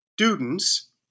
students